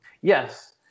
Yes